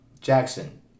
Jackson